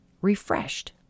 refreshed